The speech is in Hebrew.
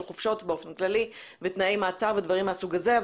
חופשות באופן כללי ותנאי מעצר ודברים מהסוג הזה.